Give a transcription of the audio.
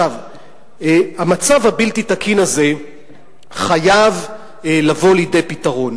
המצב הבלתי-תקין הזה חייב לבוא לידי פתרון.